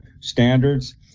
standards